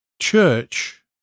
church